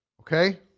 Okay